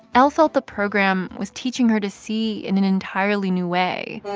l thought the program was teaching her to see in an entirely new way.